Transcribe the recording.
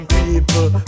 people